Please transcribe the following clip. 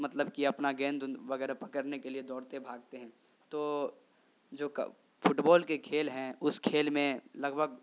مطلب کہ اپنا گیند اند وغیرہ پکڑنے کے لیے دوڑتے بھاگتے ہیں تو جو فٹ بال کے کھیل ہیں اس کھیل میں لگ بھگ